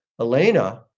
Elena